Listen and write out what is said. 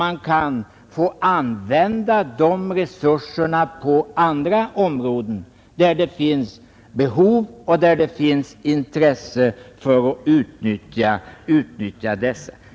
Man kan då använda resurserna på andra områden, där det finns behov och intresse för att utnyttja dem.